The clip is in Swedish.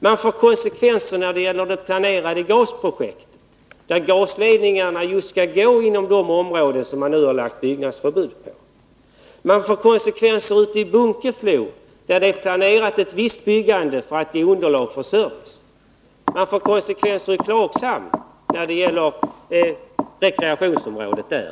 Man får konsekvenser när det gäller det planärende röranplanerade gasprojektet, där gasledningarna skall gå just genom de områden de Malmö komsom man nu har beslutat om byggnadsförbud för. Man får konsekvenser i Bunkeflo, där det är planerat ett visst byggande för att ge underlag för service. Och man får konsekvenser i Klagshamn beträffande rekreationsområdet där.